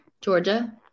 georgia